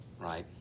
Right